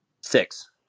Six